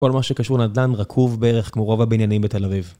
כל מה שקשור נדל״ן רקוב בערך כמו רוב הבניינים בתל אביב.